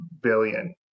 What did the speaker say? billion